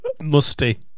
Musty